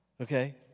Okay